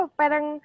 parang